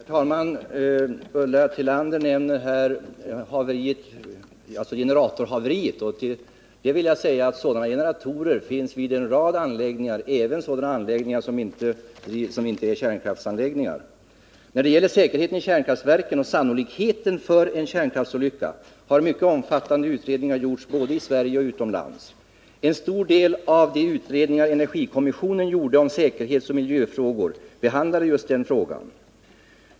Herr talman! Ulla Tillander nämner generatorhaveriet vid Barsebäck 1. Sådana generatorer finns vid en rad andra anläggningar, dvs. även sådana anläggningar som inte är kärnkraftsanläggningar. När det gäller säkerheten vid kärnkraftverken och sannolikheten för en kärnkraftsolycka har mycket omfattande utredningar gjorts både i Sverige och utomlands. En stor del av de utredningar energikommissionen gjorde om säkerhetsoch miljöfrågor behandlade just sannolikheten för olyckor.